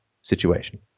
situation